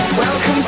welcome